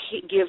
give